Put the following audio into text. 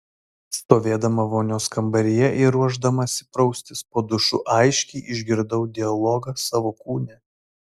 stovėdama vonios kambaryje ir ruošdamasi praustis po dušu aiškiai išgirdau dialogą savo kūne